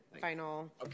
final